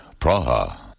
Praha